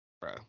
Bro